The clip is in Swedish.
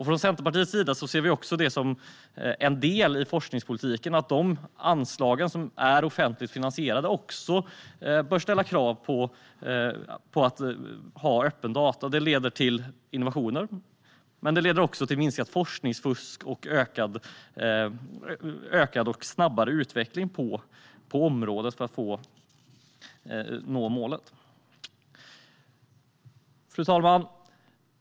Från Centerpartiets sida ser vi det som en del i forskningspolitiken att de anslag som är offentligt finansierade också bör ha krav på att ha öppna data. Det leder till innovationer, men det leder också till minskat forskningsfusk och ökad och snabbare utveckling på området för att nå målet. Fru talman!